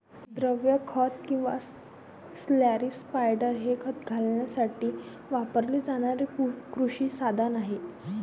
द्रव खत किंवा स्लरी स्पायडर हे खत घालण्यासाठी वापरले जाणारे कृषी साधन आहे